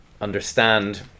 understand